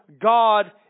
God